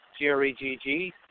G-R-E-G-G